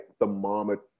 thermometer